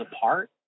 apart